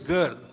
Girl